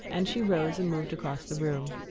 and she rose and moved across the room.